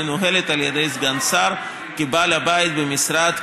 מנוהלת על ידי סגן שר כבעל הבית במשרד,